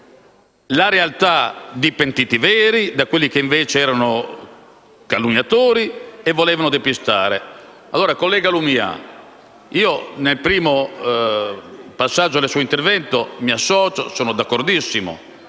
la realtà dei pentiti veri da quelli che invece erano calunniatori e volevano depistare. Allora, collega Lumia, mi associo al primo passaggio del suo intervento e sono d'accordissimo